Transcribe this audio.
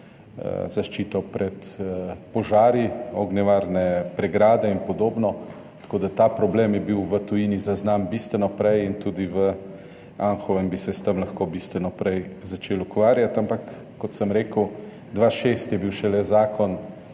zaščito pred požari, ognjevarne pregrade in podobno. Tako da ta problem je bil v tujini zaznan bistveno prej in tudi v Anhovem bi se s tem lahko bistveno prej začeli ukvarjati. Ampak kot sem rekel, šele 2006 je bil sprejet zakon,